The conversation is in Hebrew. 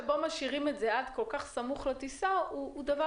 שמשאירים את זה כל כך סמוך לטיסה זה דבר